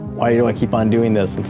why do i keep on doing this? and